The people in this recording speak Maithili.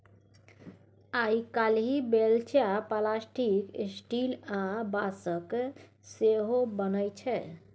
आइ काल्हि बेलचा प्लास्टिक, स्टील आ बाँसक सेहो बनै छै